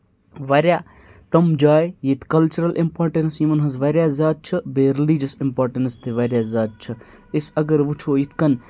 واریاہ تِم جایہِ ییٚتہِ کَلچرَل اِمپاٹَنٕس یِمَن ہٕنٛز واریاہ زیادٕ چھِ بیٚیہِ ریٚلِجَس اِمپاٹَنٕس تہِ واریاہ زیادٕ چھِ أسۍ اگر وٕچھو یِتھ کٔنۍ